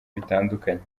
bitandukanye